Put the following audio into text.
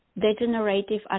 degenerative